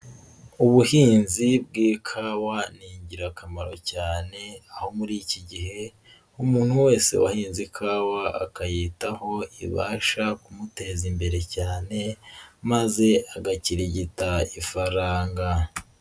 Ubuhinzi bw'ikawa ni ingirakamaro cyane, aho muri iki gihe umuntu wese wahinze ikawa akayitaho ibasha kumuteza imbere cyane, maze agakirigita ifaranga.